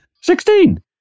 Sixteen